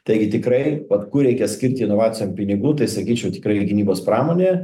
taigi tikrai vat kur reikia skirti inovacijom pinigų tai sakyčiau tikrai į gynybos pramonė